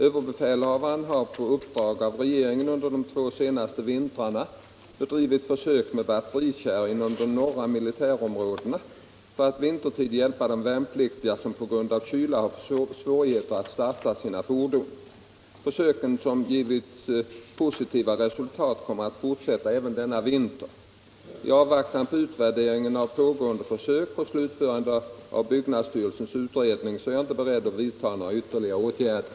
Överbefälhavaren har på uppdrag av regeringen under de två senaste vintrarna bedrivit försök med batterikärror inom de norra militärområdena för att vintertid hjälpa de värnpliktiga som på grund av kyla har svårigheter att starta sina fordon. Försöken som har givit positiva resultat kommer att fortsätta även denna vinter. I avvaktan på utvärderingen av pågående försök och slutförande av byggnadsstyrelsens utredning är jag inte beredd att vidta några ytterligare åtgärder.